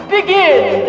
Begin